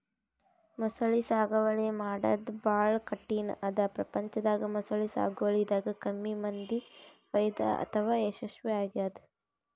ಮೊಸಳಿ ಸಾಗುವಳಿ ಮಾಡದ್ದ್ ಭಾಳ್ ಕಠಿಣ್ ಅದಾ ಪ್ರಪಂಚದಾಗ ಮೊಸಳಿ ಸಾಗುವಳಿದಾಗ ಕಮ್ಮಿ ಮಂದಿಗ್ ಫೈದಾ ಅಥವಾ ಯಶಸ್ವಿ ಆಗ್ಯದ್